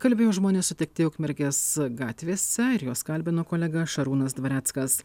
kalbėjo žmonės sutikti ukmergės gatvėse ir juos kalbino kolega šarūnas dvareckas